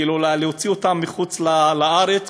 כאילו להוציא אותם מחוץ-לארץ,